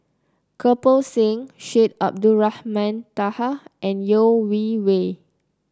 Kirpal Singh Syed Abdulrahman Taha and Yeo Wei Wei